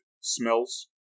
smells